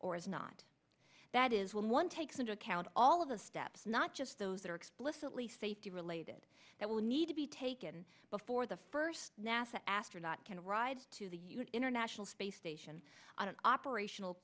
or is not that is when one takes into account all of the steps not just those that are explicitly safety related that will need to be taken before the first nasa astronaut can ride to the huge international space station on an operational